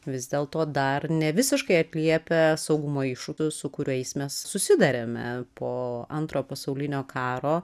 vis dėlto dar nevisiškai atliepia saugumo iššūkius su kuriais mes susiduriame po antrojo pasaulinio karo